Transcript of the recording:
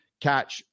catch